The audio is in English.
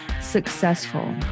successful